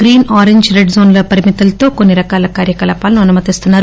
green orange red జోన్లో పరిమితులతో కొన్ని రకాల కార్యకలాపాలను అనుమతిస్తున్నారు